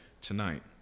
tonight